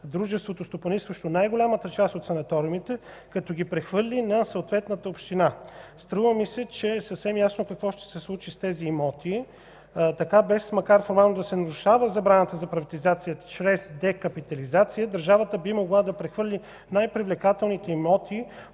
дружеството, стопанисващо най-голямата част от санаториумите, като ги прехвърли на съответната община. Струва ми се, че е съвсем ясно какво ще се случи с тези имоти. Така, макар без формално да се нарушава забраната за приватизация чрез декапитализация, държавата би могла да прехвърли най-привлекателните имоти,